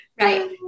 Right